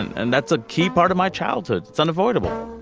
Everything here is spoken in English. and that's a key part of my childhood. it's unavoidable